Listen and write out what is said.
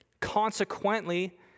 Consequently